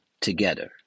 together